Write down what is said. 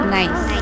nice